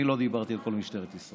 אני לא דיברתי על כל משטרת ישראל.